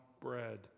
bread